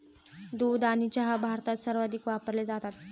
दूध आणि चहा भारतात सर्वाधिक वापरले जातात